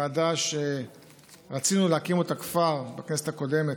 ועדה שרצינו להקים כבר בכנסת הקודמת,